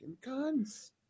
guns